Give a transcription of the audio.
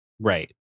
Right